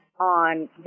On